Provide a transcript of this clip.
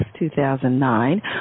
2009